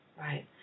Right